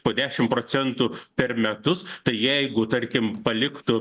po dešim procentų per metus tai jeigu tarkim paliktų